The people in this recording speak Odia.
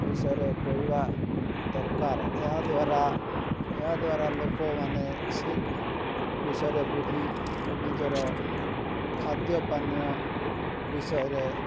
ବିଷୟରେ କହିବା ଦରକାର ଏହା ଦ୍ବାରା ଏହା ଦ୍ବାରା ଲୋକ ମାନେ ସେହି ବିଷୟରେ ବୁଝି ନିଜର ଖାଦ୍ୟ ପାନୀୟ ବିଷୟରେ